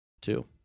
two